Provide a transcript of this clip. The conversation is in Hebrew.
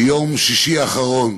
ביום שישי האחרון,